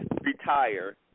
retire